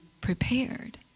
prepared